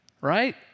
right